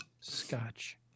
scotch